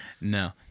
No